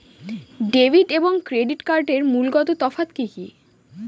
Debit এবং credit কার্ডের মূলগত তফাত কি কী?